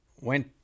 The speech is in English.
Went